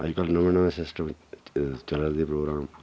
अज्जकल नमें नमें सिस्टम चलै दे प्रोग्राम